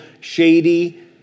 shady